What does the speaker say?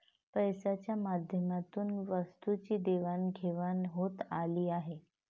पैशाच्या माध्यमातून वस्तूंची देवाणघेवाण होत आली आहे